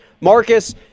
Marcus